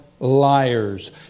liars